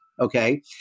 okay